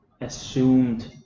assumed